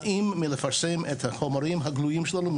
נמנעים מלפרסם את החומרים הגלויים שלנו.